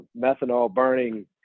methanol-burning